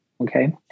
Okay